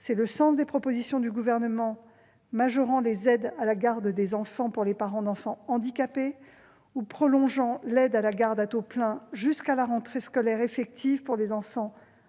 C'est le sens des propositions du Gouvernement qui visent à majorer les aides à la garde d'enfant pour les parents d'enfants handicapés ou à prolonger l'aide à la garde à taux plein jusqu'à la rentrée scolaire effective des enfants de